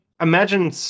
imagine